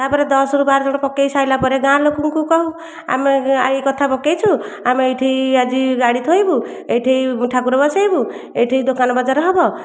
ତାପରେ ଦଶରୁ ବାରଜଣ ପକେଇ ସାରିଲା ପରେ ଗାଁ ଲୋକଙ୍କୁ କହୁ ଆମେ ଏହି କଥା ପକେଇଛୁ ଆମେ ଏଇଠି ଆଜି ଗାଡ଼ି ଥୋଇବୁ ଏଇଠି ଠାକୁର ବସେଇବୁ ଏଇଠି ଦୋକାନ ବଜାର ହେବ